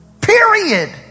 Period